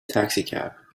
taxicab